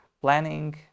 planning